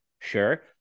Sure